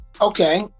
okay